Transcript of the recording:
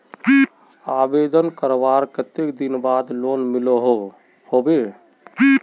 आवेदन करवार कते दिन बाद लोन मिलोहो होबे?